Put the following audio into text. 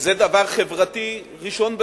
וזה דבר חברתי ראשון במעלה,